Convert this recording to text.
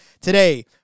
today